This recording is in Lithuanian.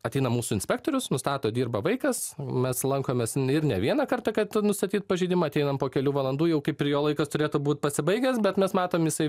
ateina mūsų inspektorius nustato dirba vaikas mes lankomės ir ne vieną kartą kad nustatyt pažeidimą ateinam po kelių valandų jau kaip ir jo laikas turėtų būt pasibaigęs bet mes matom jisai